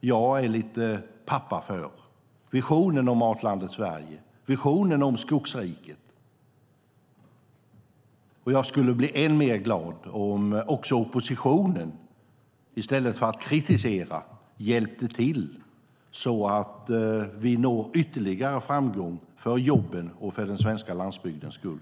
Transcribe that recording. jag är lite pappa för - visionen om Matlandet Sverige och visionen om Skogsriket. Och jag skulle bli ännu gladare om också oppositionen i stället för att kritisera hjälpte till, så att vi når ytterligare framgång för jobbens och den svenska landsbygdens skull.